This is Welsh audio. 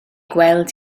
gweld